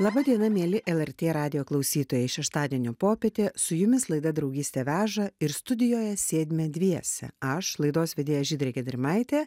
laba diena mieli lrt radijo klausytojai šeštadienio popietė su jumis laida draugystė veža ir studijoje sėdime dviese aš laidos vedėja žydrė gedrimaitė